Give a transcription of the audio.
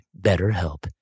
BetterHelp